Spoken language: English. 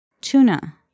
Tuna